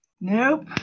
Nope